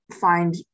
find